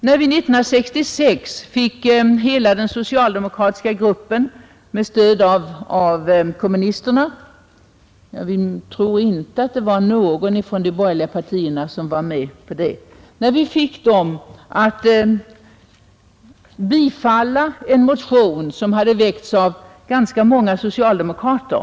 År 1966 fick vi hela den socialdemokratiska gruppen med stöd av kommunisterna — jag tror inte att någon från de borgerliga partierna var med — att bifalla en motion, som väckts av ganska många socialdemokrater.